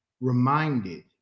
reminded